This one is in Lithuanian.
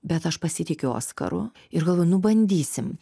bet aš pasitikiu oskaru ir galvoju nu bandysim